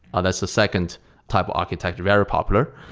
that's the second type of architecture, very popular.